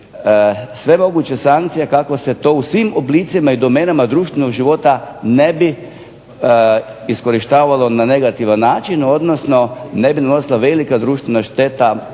sve moguće sankcije kako se to u svim oblicima i domenama društvenog života ne bi iskorištavalo na negativan način odnosno ne bi donosila velika društvena šteta